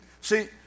See